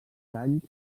anys